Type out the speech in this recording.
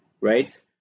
right